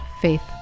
faith